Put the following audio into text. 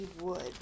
Wood